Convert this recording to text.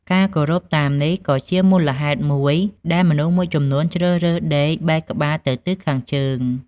ការគោរពតាមនេះក៏ជាមូលហេតុមួយដែលមនុស្សមួយចំនួនជ្រើសរើសដេកបែរក្បាលទៅទិសខាងជើង។